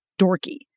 dorky